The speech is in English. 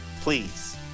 please